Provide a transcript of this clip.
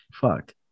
fuck